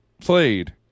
played